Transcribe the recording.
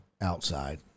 outside